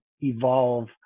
evolve